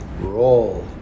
Roll